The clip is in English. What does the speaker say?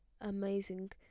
amazing